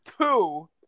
Two